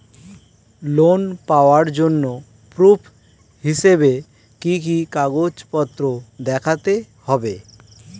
Loan পাওয়ার জন্য proof হিসেবে কি কি কাগজপত্র দেখাতে হবে?